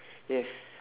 yes